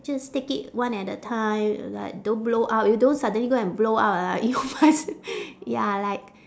just take it one at a time like don't blow up you don't suddenly go and blow up ah you must ya like